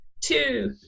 two